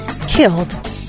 killed